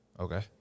Okay